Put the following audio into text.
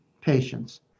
patients